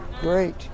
Great